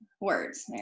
words